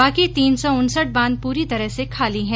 बाकी तीन सौ उनसठ बांघ पूरी तरह से खाली हैं